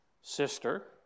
sister